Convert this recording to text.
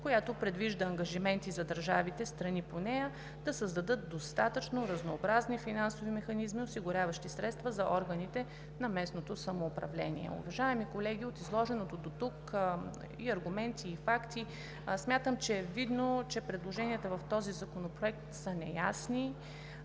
която предвижда ангажименти за държавите – страни по нея, да създадат достатъчно разнообразни финансови механизми, осигуряващи средства за органите на местното самоуправление. Уважаеми колеги, от изложените дотук аргументи и факти смятам за видно, че предложенията в този законопроект са неясни